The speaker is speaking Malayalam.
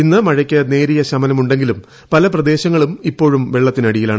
ഇന്ന് മഴയ്ക്ക് നേരിയ ശമനം ഉണ്ടെങ്കിലും പല പ്രദേശങ്ങളും ഇപ്പോഴും വെള്ളത്തിലാണ്